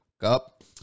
up